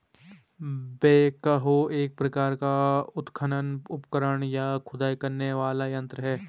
backhoe एक प्रकार का उत्खनन उपकरण, या खुदाई करने वाला यंत्र है